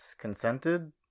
consented